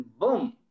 boom